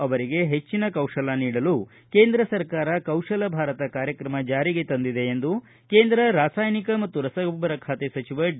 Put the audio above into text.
ಅವರಿಗೆ ಹೆಚ್ಚಿನ ಕೌಶಲ್ತ ನೀಡಲು ಕೇಂದ್ರ ಸರ್ಕಾರ ಕೌಶಲ್ಯ ಭಾರತ ಕಾರ್ಯಕ್ರಮ ಜಾರಿಗೆ ತಂದಿದೆ ಎಂದು ಕೇಂದ್ರ ರಾಸಾಯನಿಕ ಮತ್ತು ರಸಗೊಬ್ಬರ ಖಾತೆ ಸಚಿವ ಡಿ